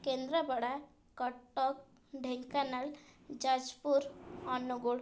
Kendrapara Cuttack Dhenkanal Jajpur Angul